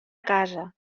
casa